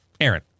Aaron